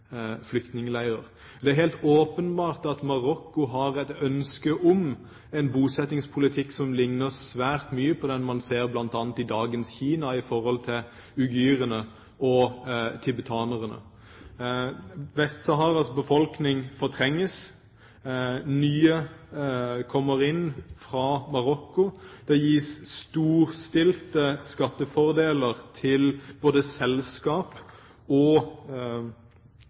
Det er helt åpenbart at Marokko har et ønske om en bosettingspolitikk som ligner svært mye på den man ser bl.a. i dagens Kina med hensyn til uigurene og tibetanerne. Vest-Saharas befolkning fortrenges, nye kommer inn fra Marokko, det gis storstilte skattefordeler til både selskap og enkeltmennesker som ønsker å utvikle økonomien i Vest-Sahara og